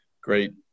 great